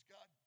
God